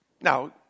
Now